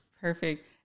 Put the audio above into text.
Perfect